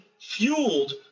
fueled